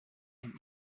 and